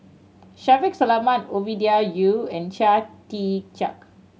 Shaffiq Selamat Ovidia Yu and Chia Tee Chiak